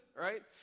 Right